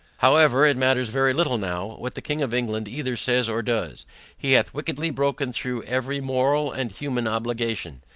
however, it matters very little now, what the king of england either says or does he hath wickedly broken through every moral and human obligation,